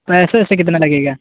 پیسے ویسے کتنا لگے گا